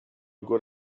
good